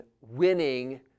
winning